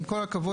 עם כל הכבוד,